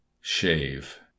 Shave